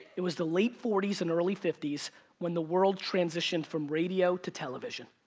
it was the late forty s and early fifty s when the world transitioned from radio to television.